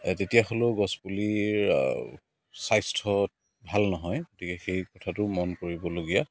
তেতিয়াহ'লেও গছপুলিৰ স্বাস্থ্য ভাল নহয় গতিকে সেই কথাটোও মন কৰিবলগীয়া